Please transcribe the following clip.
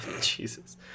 Jesus